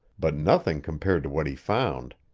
but nothing compared to what he found.